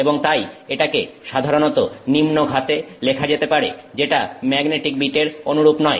এবং তাই এটাকে সাধারণত নিম্ন ঘাতে লেখা যেতে পারে যেটা ম্যাগনেটিক বিট এর অনুরূপ নয়